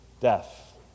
death